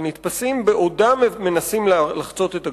שנתפסים בעודם מנסים לחצות את הגבול,